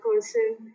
person